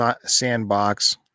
sandbox